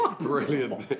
brilliant